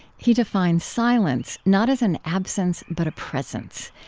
he defines silence not as an absence but a presence.